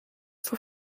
for